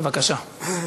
בבקשה.